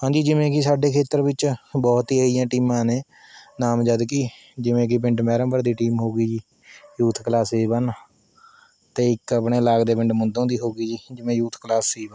ਹਾਂਜੀ ਜਿਵੇਂ ਕਿ ਸਾਡੇ ਖੇਤਰ ਵਿੱਚ ਬਹੁਤ ਹੀ ਅਜਿਹੀਆਂ ਟੀਮਾਂ ਨੇ ਨਾਮਜਦ ਕਿ ਜਿਵੇਂ ਕਿ ਪਿੰਡ ਮਹਿਰਮਪੁਰ ਦੀ ਟੀਮ ਹੋਗੀ ਜੀ ਯੂਥ ਕਲਾਸ ਸੀ ਵੰਨ ਅਤੇ ਇੱਕ ਆਪਣੇ ਲਾਗ ਦੇ ਪਿੰਡ ਮੁਦੋ ਦੀ ਹੋਗੀ ਜੀ ਜਿਵੇਂ ਯੂਥ ਕਲਾਸ ਸੀ ਵੰਨ